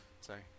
sorry